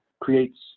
creates